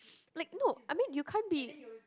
like no I mean you can't be